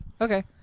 Okay